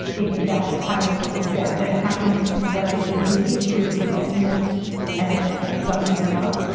isn't that kind of is that going to happen with what i do here, creating estimates and then summing them up?